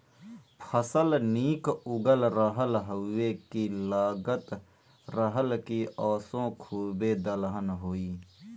फसल निक उगल रहल हउवे की लगत रहल की असों खूबे दलहन होई